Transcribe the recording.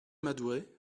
madurai